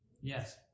Yes